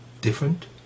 different